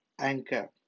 Anchor